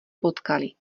potkali